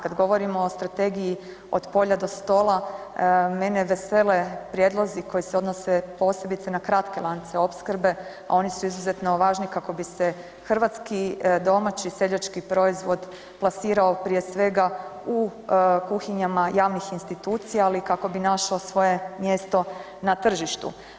Kad govorimo o strategiji Od polja do stola, mene vesele prijedlozi koji se odnose posebice na kratke lance opskrbe, a oni su izuzetno važni kako bi se hrvatski domaći seljački proizvod plasirao, prije svega u kuhinjama javnih institucija, ali i kako bi našla svoje mjesto na tržištu.